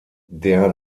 der